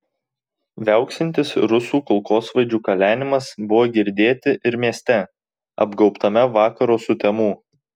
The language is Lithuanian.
viauksintis rusų kulkosvaidžių kalenimas buvo girdėti ir mieste apgaubtame vakaro sutemų